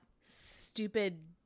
stupid